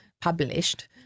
published